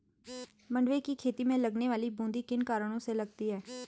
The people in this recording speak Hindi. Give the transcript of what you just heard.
मंडुवे की खेती में लगने वाली बूंदी किन कारणों से लगती है?